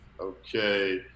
Okay